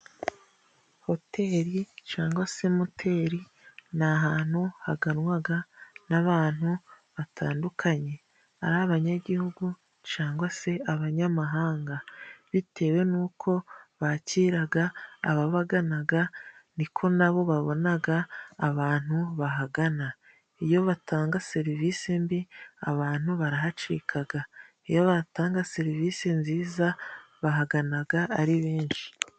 Hoteri cyangwa se moteri, ni ahantu haganwaga n'abantu batandukanye. Ari abanyagihugu cyangwa se abanyamahanga. bitewe n'uko bakiraga ababaganaga niko nabo babonaga abantu bahagana. Iyo batanga serivisi mbi, abantu barahacikaga. Iyo batanga serivisi nziza bahaganaga ari benshi.